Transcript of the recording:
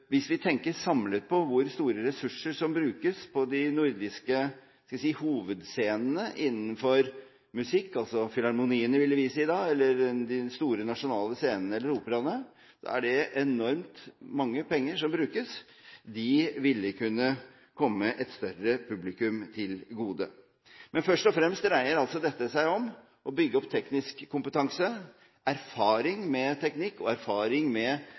Hvis vi tenker på hvor store ressurser som samlet brukes på de nordiske – skal vi si – hovedscenene innenfor musikk, altså filharmoniene, ville vi si, eller de store nasjonale scenene eller operaene, er det enormt mange penger som brukes. De ville kunne komme et større publikum til gode. Men først og fremst dreier altså dette seg om å bygge opp teknisk kompetanse, erfaring med teknikk og erfaring med